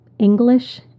English